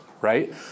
right